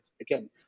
again